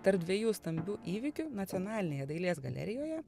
tarp dviejų stambių įvykių nacionalinėje dailės galerijoje